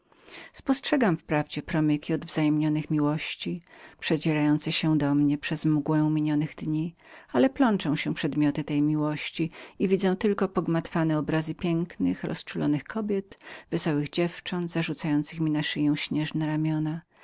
spostrzegam wprawdzie promyki wzajemnej miłości przedzierające się do mnie przez mgłę minionych dni ale plączą się przedmioty tej miłości i widzę tylko pogmatwane obrazy pięknych rozczulonych kobiet wesołych dziewcząt zarzucających mi na szyję śnieżne ramiona